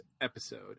episode